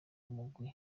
umugwi